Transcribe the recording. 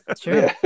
true